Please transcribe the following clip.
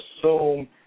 assume